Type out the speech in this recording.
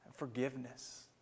Forgiveness